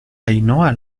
ainhoa